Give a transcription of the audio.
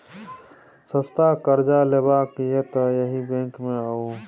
सस्ता करजा लेबाक यै तए एहि बैंक मे आउ